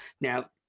Now